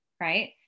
right